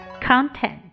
content